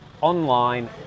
online